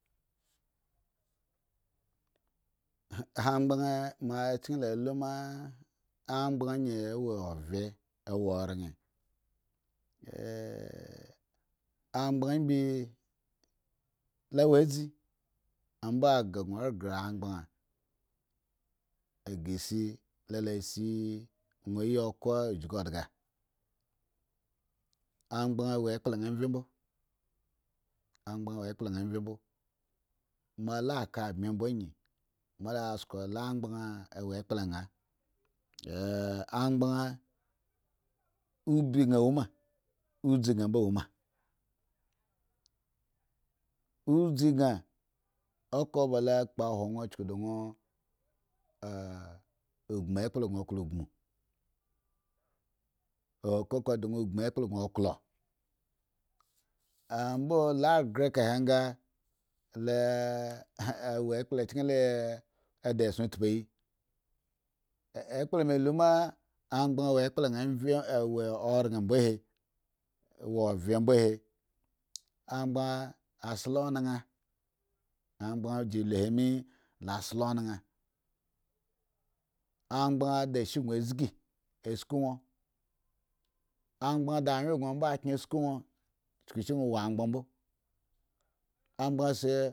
angban mo chen la inma angban a yi a wo ovye a wo oren, anghan mbi lowadze ambo aga gon aghre angban aghre si lo ca se won yi oko jugu dga angh an wo elepla an vye mbo angban wo elepla an vye mbo mo aya aka buni mbo ayin asko la angban wo ekapla an angba n obgan a woma odzi ga a mbo woma odzi gan oko ba lo kpo hwo won chuku da won gbmu ekpla ba won owo gbmu koko da won gbmu ellpla ba won klo ambo loghre eka he nga le a wo epla chen le da son tpuyi ekpla melo ma angban wo ekpla an a wo oran ombo he wo ovye mbo he angban a sle ohan jilohe me dou sle ohan angban de ashe gum azge asku won angban de annye gon mbo a kyen sku won chukushi won wo agban mbo